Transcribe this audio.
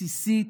בסיסית,